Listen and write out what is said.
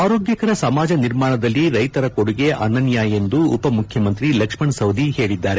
ಆರೋಗ್ಯಕರ ಸಮಾಜ ನಿರ್ಮಾಣದಲ್ಲಿ ರೈತರ ಕೊಡುಗೆ ಅನನ್ಯ ಎಂದು ಉಪಮುಖ್ಯಮಂತ್ರಿ ಲಕ್ಷ್ಮಣ ಸವದಿ ಹೇಳಿದ್ದಾರೆ